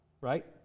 right